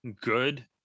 good